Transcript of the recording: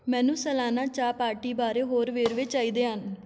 ਮੈਨੂੰ ਸਾਲਾਨਾ ਚਾਹ ਪਾਰਟੀ ਬਾਰੇ ਹੋਰ ਵੇਰਵੇ ਚਾਹੀਦੇ ਹਨ